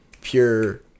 pure